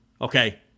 okay